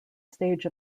stage